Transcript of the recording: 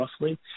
roughly